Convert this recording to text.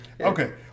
Okay